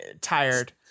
tired